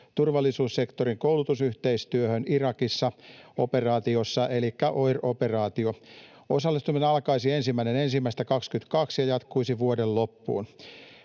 turvallisuussektorin koulutusyhteistyöhön Irakissa OIR-operaatiossa. Osallistuminen alkaisi 1.1.22 ja jatkuisi vuoden loppuun.